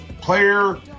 player